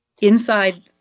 inside